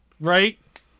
right